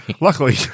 luckily